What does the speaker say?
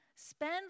Spend